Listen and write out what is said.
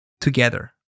Together